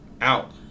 out